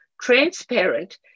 transparent